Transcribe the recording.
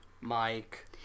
Mike